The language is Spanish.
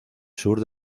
sur